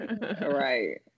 Right